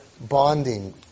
Bonding